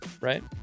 Right